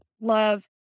love